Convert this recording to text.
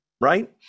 right